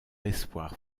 espoir